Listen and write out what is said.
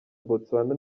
botswana